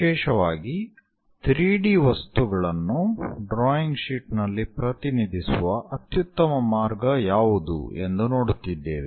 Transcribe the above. ವಿಶೇಷವಾಗಿ 3D ವಸ್ತುಗಳನ್ನು drawing sheet ನಲ್ಲಿ ಪ್ರತಿನಿಧಿಸುವ ಅತ್ಯುತ್ತಮ ಮಾರ್ಗ ಯಾವುದು ಎಂದು ನೋಡುತ್ತಿದ್ದೇವೆ